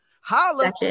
holla